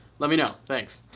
let me know, thanks.